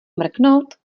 mrknout